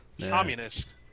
Communist